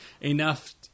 enough